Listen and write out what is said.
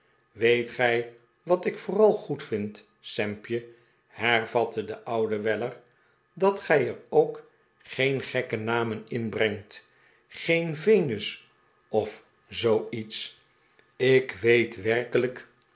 weet gij wat ik vooral goed vind sampje hervatte de oude weller dat gij er ook geen gekke namen inbrengt geen venus of zoo iets ik weet werkelijk